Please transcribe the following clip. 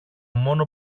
μόνο